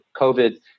COVID